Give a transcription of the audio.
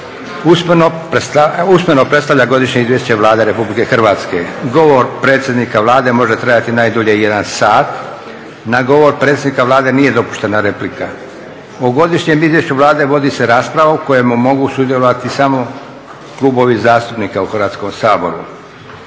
usmeno predstavlja Godišnje izvješće Vlade Republike Hrvatske. Govor predsjednika Vlade može trajati najdulje 1 sat. Na govor predsjednika Vlade nije dopuštena replika. O Godišnjem izvješću Vlade vodi se rasprava u kojoj mogu sudjelovati samo klubovi zastupnika u Hrvatskom saboru.